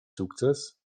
sukces